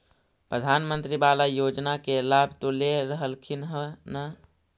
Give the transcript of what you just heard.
प्रधानमंत्री बाला योजना के लाभ तो ले रहल्खिन ह न?